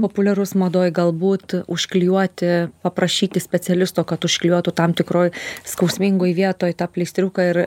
populiarus madoj galbūt užklijuoti paprašyti specialisto kad užklijuotų tam tikroj skausmingoj vietoj tą pleistriuką ir